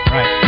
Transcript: Right